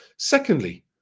Secondly